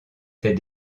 tes